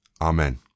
Amen